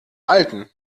alten